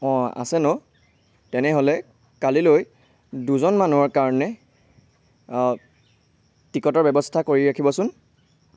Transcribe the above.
অঁ আছে ন তেনেহ'লে কালিলৈ দুজন মানুহৰ কাৰণে টিকটৰ ব্যৱস্থা কৰি ৰাখিবচোন